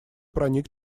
проник